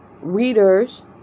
readers